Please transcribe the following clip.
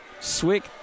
Swick